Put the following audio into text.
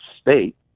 state